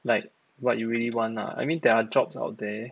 like what you really want ah I mean there are jobs out there